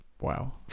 Wow